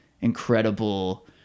incredible